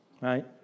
right